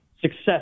success